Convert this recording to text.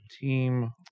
Team